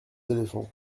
éléphants